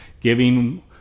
Giving